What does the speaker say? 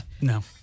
No